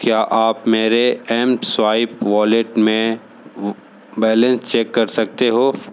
क्या आप मेरे एम स्वाइप वॉलेट में बैलेंस चेक कर सकते हो